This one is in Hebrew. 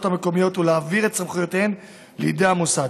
המקומיות ולהעביר את סמכויותיהן לידי המוסד.